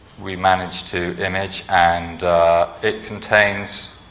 we managed to image. and it contains